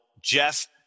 Jeff